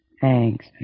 Thanks